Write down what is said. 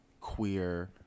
queer